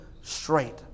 straight